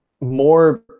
more